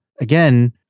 again